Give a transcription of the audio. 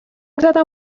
زدم